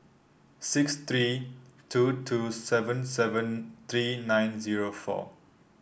six three two two seven seven three nine zero four